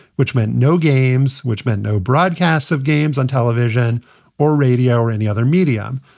which meant no games, which meant no broadcasts of games on television or radio or any other medium.